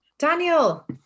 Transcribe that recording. Daniel